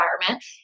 environment